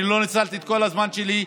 אני לא ניצלתי את כל הזמן שלי,